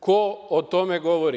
Ko o tome govori?